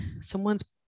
someone's